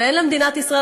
ואין למדינת ישראל,